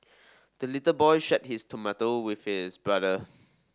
the little boy shared his tomato with his brother